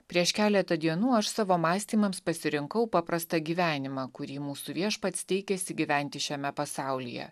prieš keletą dienų aš savo mąstymams pasirinkau paprastą gyvenimą kurį mūsų viešpats teikėsi gyventi šiame pasaulyje